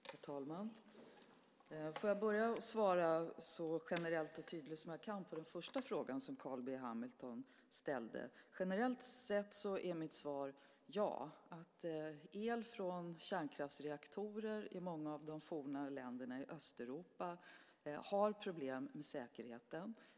Herr talman! Låt mig börja med att svara så generellt och tydligt jag kan på den första fråga som Carl B Hamilton ställde. Generellt sett är mitt svar ja, el från kärnkraftsreaktorerna i många av länderna i det forna Östeuropa har problem med säkerheten.